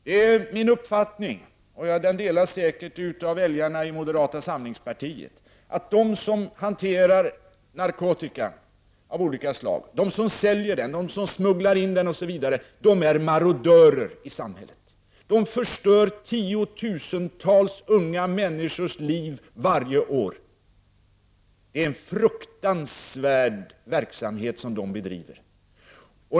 Det är min uppfattning, och den delas säkert av väljarna i moderata samlingspartiet, att de som hanterar narkotika av olika slag, de som säljer den, de som smugglar in den osv., är marodörer i samhället. De förstör tiotusentals unga människors liv varje år. Det är en fruktansvärd verksamhet som de bedriver.